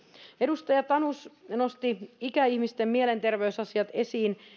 edustaja tanus nosti ikäihmisten mielenterveysasiat esiin